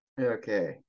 Okay